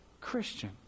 Christian